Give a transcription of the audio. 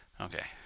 Okay